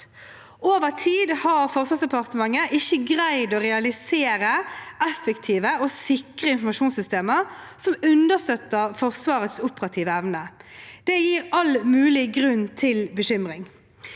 Over tid har Forsvarsdepartementet ikke greid å realisere effektive og sikre informasjonssystemer som understøtter Forsvarets operative evne. Det gir all mulig grunn til bekymring.